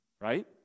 right